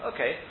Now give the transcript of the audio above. Okay